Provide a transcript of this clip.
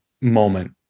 moment